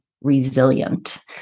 resilient